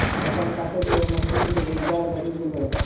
फसल काटै केरो मसीन सें रोजगार बढ़ी गेलै